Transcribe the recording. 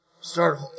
Start